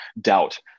doubt